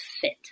fit